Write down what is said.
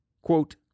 Quote